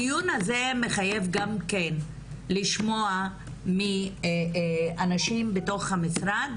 הדיון הזה מחייב גם כן לשמוע מאנשים בתוך המשרד